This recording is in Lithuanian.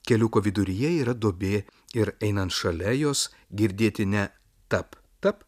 keliuko viduryje yra duobė ir einant šalia jos girdėti ne tap tap